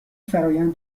فرایند